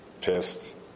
pissed